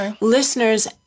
listeners